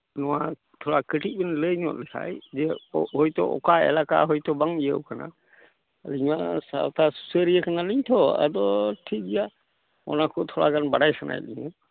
ᱱᱚᱣᱟ ᱛᱷᱚᱲᱟ ᱠᱟᱹᱴᱤᱡ ᱵᱮᱱ ᱞᱟᱹᱭ ᱧᱚᱜ ᱞᱮᱠᱷᱟᱡ ᱡᱮ ᱦᱳᱭᱛᱳ ᱚᱠᱟ ᱮᱞᱟᱠᱟ ᱦᱳᱭᱛᱳ ᱵᱟᱝ ᱤᱭᱟᱹᱣ ᱠᱟᱱᱟ ᱟᱹᱞᱤᱧ ᱢᱟ ᱥᱟᱶᱛᱟ ᱥᱩᱥᱟᱹᱨᱤᱭᱟᱹ ᱠᱟᱱᱟᱞᱤᱧ ᱛᱚ ᱟᱫᱚ ᱴᱷᱤᱠᱜᱮᱭᱟ ᱚᱱᱟ ᱠᱚ ᱛᱷᱚᱲᱟ ᱜᱟᱱ ᱵᱟᱰᱟᱭ ᱥᱟᱱᱟᱭᱮᱫ ᱞᱤᱧᱟᱹ ᱟᱵᱮᱱ ᱴᱷᱮᱡ